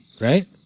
right